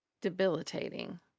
debilitating